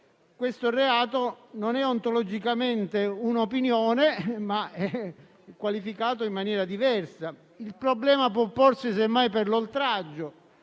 questo reato non è ontologicamente un'opinione, ma è qualificato in maniera diversa. Il problema può porsi, semmai, per l'oltraggio,